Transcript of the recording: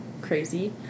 Crazy